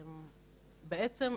בעצם,